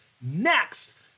next